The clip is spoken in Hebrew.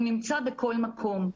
הוא נמצא בכל מקום.